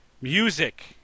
Music